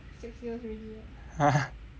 !huh!